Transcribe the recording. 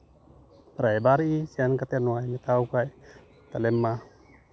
ᱨᱟᱭᱵᱟᱨᱤᱡ ᱥᱮᱱ ᱠᱟᱛᱮᱫ ᱱᱚᱣᱟᱭ ᱢᱮᱛᱟᱣᱟᱠᱚᱣᱟᱭ ᱛᱟᱦᱚᱞᱮ ᱢᱟ